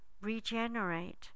regenerate